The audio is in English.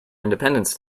independence